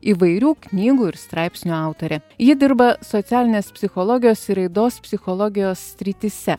įvairių knygų ir straipsnių autorė ji dirba socialinės psichologijos ir raidos psichologijos srityse